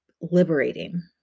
liberating